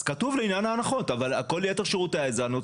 אז כתוב לעניין ההנחות אבל כל יתר שירותי העזר.